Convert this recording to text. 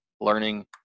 Learning